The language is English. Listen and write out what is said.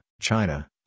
China